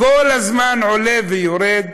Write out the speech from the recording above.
כל הזמן עולה ויורד